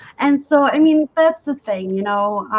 and so i mean that's the thing, you know